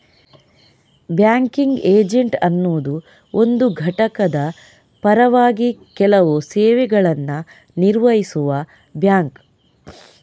banking agent ಅನ್ನುದು ಒಂದು ಘಟಕದ ಪರವಾಗಿ ಕೆಲವು ಸೇವೆಗಳನ್ನ ನಿರ್ವಹಿಸುವ ಬ್ಯಾಂಕ್